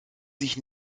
sich